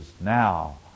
now